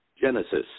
Genesis